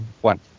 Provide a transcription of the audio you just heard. one